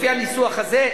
לפי הניסוח הזה,